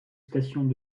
stations